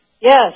Yes